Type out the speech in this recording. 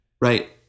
Right